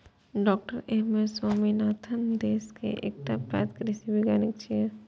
डॉ M S Swaminathan देश के एकटा पैघ कृषि वैज्ञानिक छियै